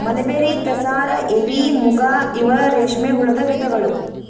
mulberry, tasar, eri, muga ಇವ ರೇಶ್ಮೆ ಹುಳದ ವಿಧಗಳು